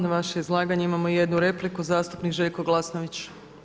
Na vaše izlaganje imamo jednu repliku zastupnik Željko Glasnović.